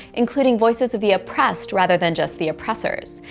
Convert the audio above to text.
including voices of the oppressed, rather than just the oppressors,